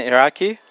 Iraqi